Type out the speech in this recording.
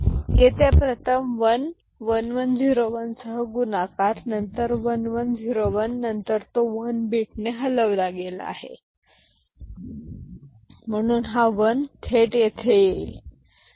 तर येथे प्रथम 1 1 1 0 1 सह गुणाकार नंतर 1 1 0 1 नंतर तो 1 बिटने हलविला गेला आहे म्हणून हा 1 थेट येथे येईल